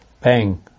bang